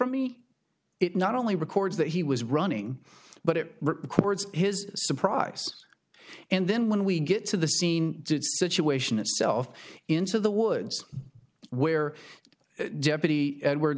me it not only records that he was running but it records his surprise and then when we get to the scene situation itself into the woods where deputy edwards